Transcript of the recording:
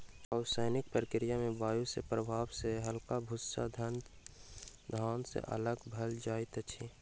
ओसौनिक प्रक्रिया में वायु के प्रभाव सॅ हल्का भूस्सा धान से अलग भअ जाइत अछि